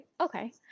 Okay